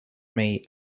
may